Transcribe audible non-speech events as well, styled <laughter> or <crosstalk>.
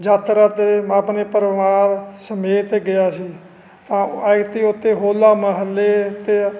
ਯਾਤਰਾ 'ਤੇ ਆਪਣੇ ਪਰਿਵਾਰ ਸਮੇਤ ਗਿਆ ਸੀ ਤਾਂ <unintelligible> ਉੱਥੇ ਹੋਲਾ ਮਹੱਲੇ 'ਤੇ